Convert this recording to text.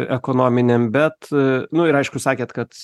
ekonominiam bet e nu ir aišku sakėt kad